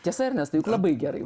tiesa ernestai juk labai gerai